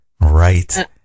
right